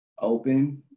open